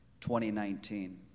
2019